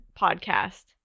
podcast